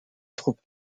troupes